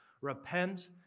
Repent